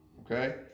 Okay